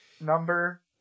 number